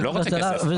אני לא רוצה כסף.